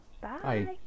Bye